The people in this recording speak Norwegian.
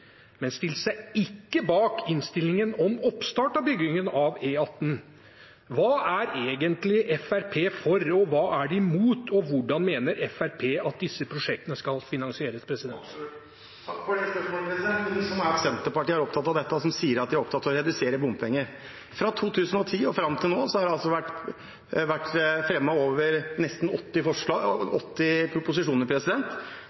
men stilte seg ikke bak innstillingen om oppstart av byggingen av E18. Hva er egentlig Fremskrittspartiet for, hva er de imot, og hvordan mener Fremskrittspartiet at disse prosjektene skal finansieres? Takk for spørsmålet. Det morsomme er at Senterpartiet er opptatt av dette, som sier at de er opptatt av å redusere bompenger. Fra 2010 og fram til nå har det vært lagt fram nesten 80